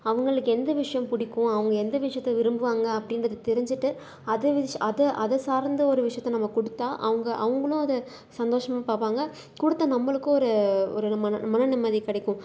அவங்களுக்கு எந்த விஷயம் பிடிக்கும் அவங்க எந்த விஷயத்த விரும்புவாங்க அப்படின்றது தெரிஞ்சுட்டு அதை வச்சு அதை அதை சார்ந்த ஒரு விஷயத்த நம்ம கொடுத்தா அவங்க அவங்களும் அதை சந்தோஷமாக பார்ப்பாங்க கொடுத்த நம்மளுக்கும் ஒரு ஒரு மன மன நிம்மதி கிடைக்கும்